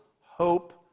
hope